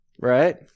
Right